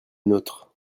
nôtre